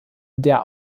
der